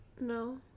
No